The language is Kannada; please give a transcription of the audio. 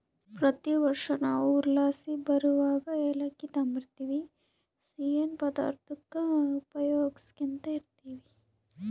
ಪ್ರತಿ ವರ್ಷ ನಾವು ಊರ್ಲಾಸಿ ಬರುವಗ ಏಲಕ್ಕಿ ತಾಂಬರ್ತಿವಿ, ಸಿಯ್ಯನ್ ಪದಾರ್ತುಕ್ಕ ಉಪಯೋಗ್ಸ್ಯಂತ ಇರ್ತೀವಿ